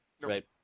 right